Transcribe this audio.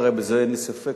הרי בזה אין לי ספק,